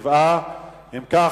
27. אם כך,